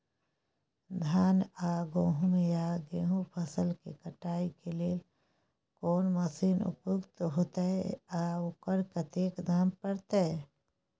धान आ गहूम या गेहूं फसल के कटाई के लेल कोन मसीन उपयुक्त होतै आ ओकर कतेक दाम परतै?